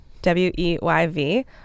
W-E-Y-V